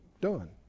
done